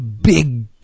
big